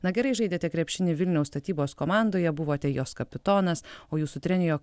na gerai žaidėte krepšinį vilniaus statybos komandoje buvote jos kapitonas o jūsų trenerio